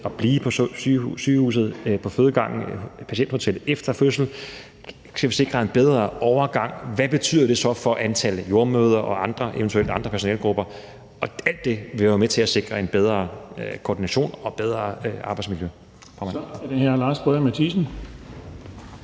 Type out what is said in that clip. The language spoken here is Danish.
at blive på sygehuset, på fødegangen, på patienthotellet efter fødslen? Skal vi sikre en bedre overgang? Hvad betyder det så for antallet af jordemødre og eventuelt andre personalegrupper? Alt det vil jo være med til at sikre en bedre koordination og et bedre arbejdsmiljø. Kl. 11:29 Den fg. formand